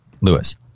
Lewis